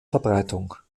verbreitung